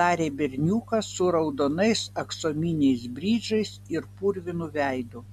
tarė berniukas su raudonais aksominiais bridžais ir purvinu veidu